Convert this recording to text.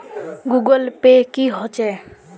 Google pay की होचे?